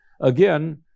again